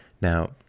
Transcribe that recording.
Now